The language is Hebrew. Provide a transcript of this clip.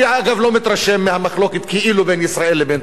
לא מתרשם מהמחלוקת כאילו בין ישראל לבין טורקיה,